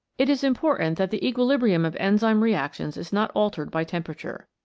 it is important that the equilibrium of enzyme reactions is not altered by temperature.